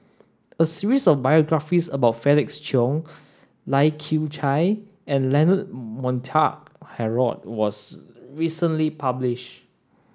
a series of biographies about Felix Cheong Lai Kew Chai and Leonard Montague Harrod was recently publish